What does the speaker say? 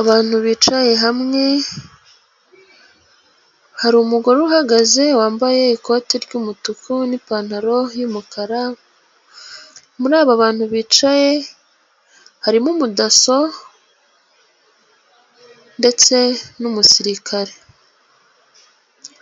Abantu bicaye hamwe, hari umugore uhagaze wambaye ikoti ry'umutuku n'ipantaro y'umukara, muri aba bantu bicaye harimo mudaso ndetse n'umusirikare,